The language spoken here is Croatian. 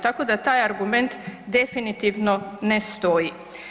Tako da taj argument definitivno ne stoji.